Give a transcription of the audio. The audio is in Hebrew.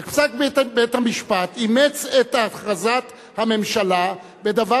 רק פסק בית-המשפט אימץ את הכרזת הממשלה בדבר